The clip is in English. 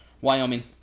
Wyoming